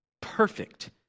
perfect